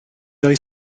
oedd